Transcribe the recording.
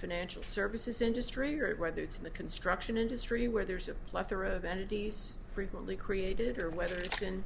financial services industry or whether it's in the construction industry where there's a plethora of entities frequently created or whether it's in